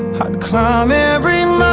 i'd climb every